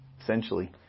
Essentially